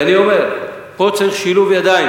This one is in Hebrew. ואני אומר: פה צריך שילוב ידיים,